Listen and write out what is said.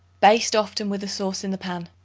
baste often with the sauce in the pan.